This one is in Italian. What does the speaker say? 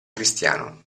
cristiano